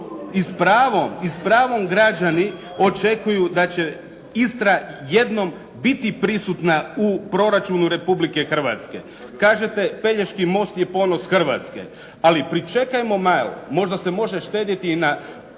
I s pravom građani očekuju da će Istra jednom biti prisutna u proračunu Republike Hrvatske. Kažete, Pelješki most je ponos Hrvatske. Ali pričekajmo malo. Možda se može štedjeti i na